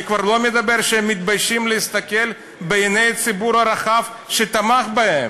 אני כבר לא מדבר שהם מתביישים להסתכל בעיני הציבור הרחב שתמך בהם.